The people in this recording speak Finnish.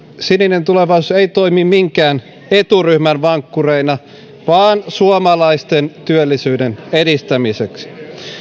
sininen tulevaisuus ei toimi minkään eturyhmän vankkureina vaan suomalaisten työllisyyden edistämiseksi